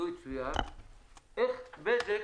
איך בזק